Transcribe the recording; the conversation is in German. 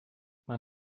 man